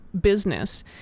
business